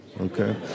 okay